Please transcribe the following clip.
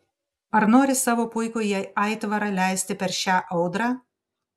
ar nori savo puikųjį aitvarą leisti per šią audrą